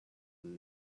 will